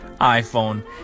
iPhone